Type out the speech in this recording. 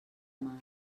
mar